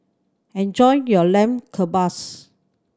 enjoy your Lamb Kebabs